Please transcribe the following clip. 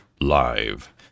live